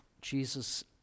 Jesus